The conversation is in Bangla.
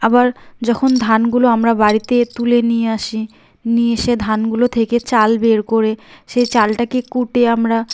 আবার যখন ধানগুলো আমরা বাড়িতে তুলে নিয়ে আসি নিয়ে এসে ধানগুলো থেকে চাল বের করে সেই চালটাকে কুটে আমরা